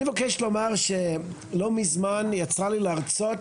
אני מבקש לומר שלא מזמן יצא לי להרצות